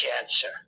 cancer